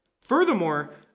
Furthermore